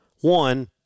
One